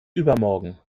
übermorgen